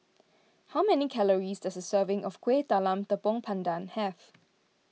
how many calories does a serving of Kueh Talam Tepong Pandan have